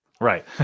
Right